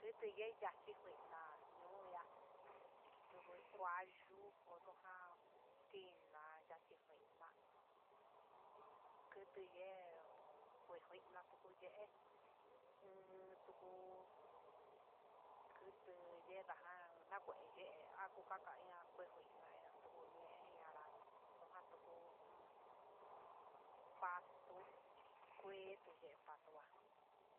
Tuteye yachikuena ño'o ihá tubi kua yuu odongan, tiná yachi kuina'a, kutu ye'é nguina tuku yee, un tuku yee dajan nakué yee, ako kakaia nanguina na tuku ñee nanrá ndojan kujun pato kué tuyee pato há.